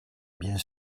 bien